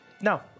No